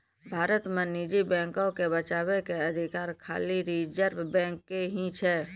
भारत मे निजी बैको के बचाबै के अधिकार खाली रिजर्व बैंक के ही छै